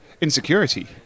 insecurity